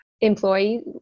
employee